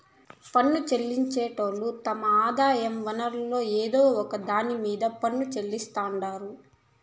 పన్ను చెల్లించేటోళ్లు తమ ఆదాయ వనరుల్ల ఏదో ఒక దాన్ని మీద పన్ను చెల్లిస్తాండారు